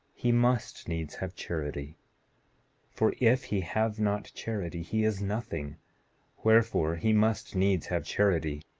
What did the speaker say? he must needs have charity for if he have not charity he is nothing wherefore he must needs have charity.